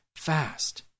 fast